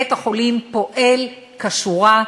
בית-החולים פועל כשורה.